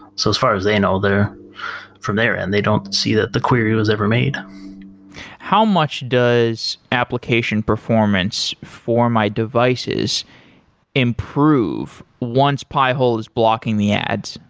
so as far as they know, they're from there and they don't see that the query was ever made how much does application performance for my devices improve once pi-hole is blocking the ads?